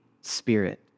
spirit